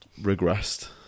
regressed